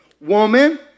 woman